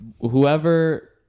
whoever